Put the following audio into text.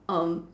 um